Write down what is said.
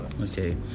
Okay